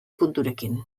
punturekin